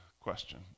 question